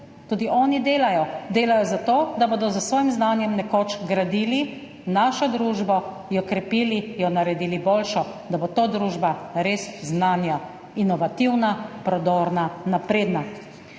Tudi oni delajo. Delajo za to, da bodo s svojim znanjem nekoč gradili našo družbo, jo krepili, jo naredili boljšo, da bo to res družba znanja, inovativna, prodorna, napredna.